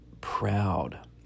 proud